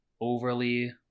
overly